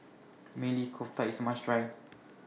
Maili Kofta IS must Try